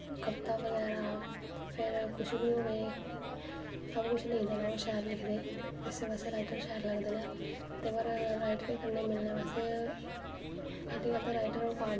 ते उस हिसाब दे खल्लैं आना पौंदा किस हिसाब दी फिटिंग बनानी ऐ पतले बंदे दी अलग फिटिंग बनदी ऐ अलग अलग कपड़ा थोह्ड़ा तरका इयै पर थोह्ड़ा जा होंदा मोटा बंगदा होऐ उसी इंच दो इंच